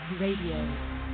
Radio